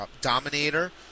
Dominator